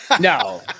No